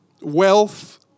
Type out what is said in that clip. Wealth